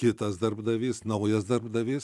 kitas darbdavys naujas darbdavys